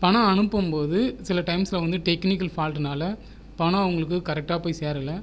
பணம் அனுப்பும்போது சில டைம்ஸ்சில் வந்து டெக்னிக்கல் ஃபால்டுனால் பணம் அவங்களுக்கு கரெக்டாக போய் சேரலை